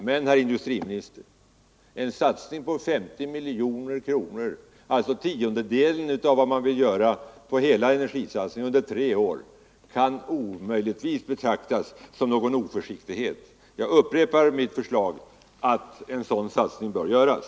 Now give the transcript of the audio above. Men, herr industriminister, en satsning på 50 miljoner kronor — alltså tiondelen av hela energisatsningen under tre år — kan omöjligen betraktas som någon oförsiktighet. Jag upprepar mitt förslag att en sådan satsning bör göras.